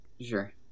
sure